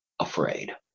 afraid